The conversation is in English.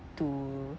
to